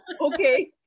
okay